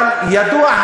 אבל ידוע,